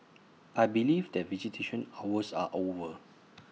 I believe that visitation hours are over